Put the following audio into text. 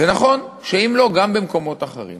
זה נכון שאם לא, גם במקומות אחרים.